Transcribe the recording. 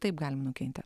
taip galim nukentėt